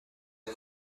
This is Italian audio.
hai